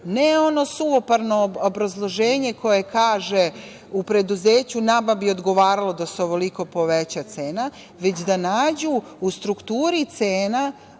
ne ono suvoparno obrazloženje koje kaže u preduzeću nama bi odgovaralo da se ovoliko poveća cena, već da nađu u strukturi cena